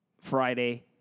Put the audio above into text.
Friday